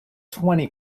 twenty